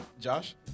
Josh